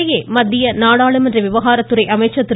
இதனிடையே மத்திய நாடாளுமன்ற விவகாரத்துறை அமைச்சர் திரு